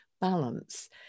balance